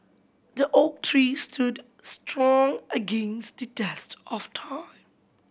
the oak tree stood strong against the test of time